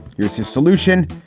here's his solution.